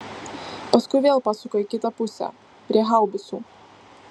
paskui vėl pasuka į kitą pusę prie haubicų